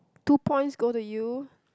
two points go to you